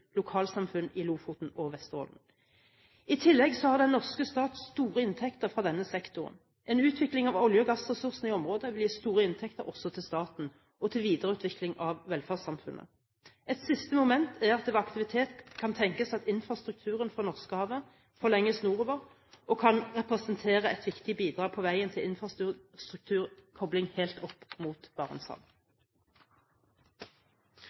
lokalsamfunn i Lofoten og Vesterålen. I tillegg har den norske stat store inntekter fra denne sektoren. En utvikling av olje- og gassressursene i området vil gi store inntekter også til staten og til videreutvikling av velferdssamfunnet. Et siste moment er at det ved aktivitet kan tenkes at infrastrukturen fra Norskehavet forlenges nordover og kan representere et viktig bidrag på veien til infrastrukturkobling helt opp mot